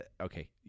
Okay